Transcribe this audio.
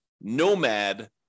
nomad